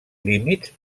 límits